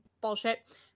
bullshit